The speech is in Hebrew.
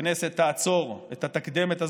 שהכנסת תעצור את התקדמת הזאת.